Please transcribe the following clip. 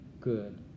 good